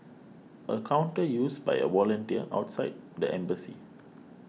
a counter used by a volunteer outside the embassy